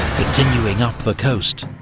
continuing up the coast,